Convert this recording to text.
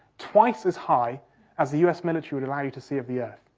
twice as high as the us military would allow you to see of the earth.